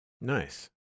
nice